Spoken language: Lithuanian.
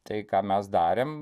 tai ką mes darėm